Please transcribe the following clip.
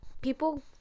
people